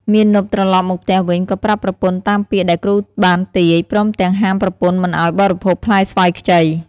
មាណពត្រឡប់មកផ្ទះវិញក៏ប្រាប់ប្រពន្ធតាមពាក្យដែលគ្រូបានទាយ ព្រមទាំងហាមប្រពន្ធមិនឲ្យបរិភោគផ្លែស្វាយខ្ចី។